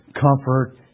comfort